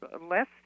less